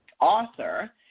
author